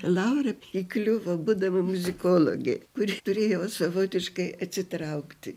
laura įkliuvo būdama muzikologė kuri turėjo savotiškai atsitraukti